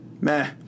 Meh